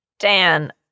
Dan